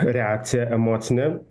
reakcija emocinė